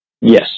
Yes